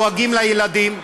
ודואגים לילדים.